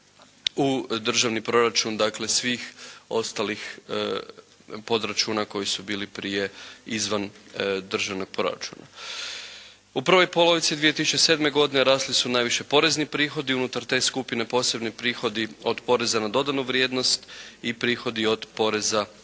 u državni proračun dakle svih ostalih podračuna koji su bili prije izvan državnog proračuna. U prvoj polovici 2007. godine rasli su najviše porezni prihodi. Unutar te skupine posebni prihodi od poreza na dodanu vrijednost i prihodi od poreza na